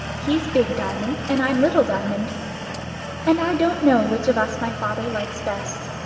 he's big diamond, and i'm little diamond and i don't know which of us my father likes best.